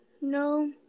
No